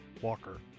Walker